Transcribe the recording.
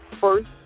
first